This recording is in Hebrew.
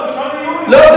לא,